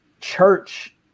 church